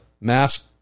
mask